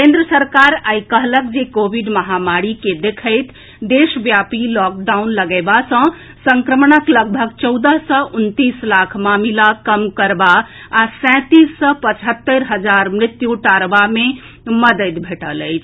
केंद्र सरकार आइ कहलक जे कोविड महामारी के देखैत देशव्यापी लॉकडाउन लगएबा सँ संक्रमणक लगभग चौदह सँ उनतीस लाख मामिला कम करबा आ सैंतीस सँ पचहत्तरि हजार मृत्यु टारबा मे मददि भेंटल अछि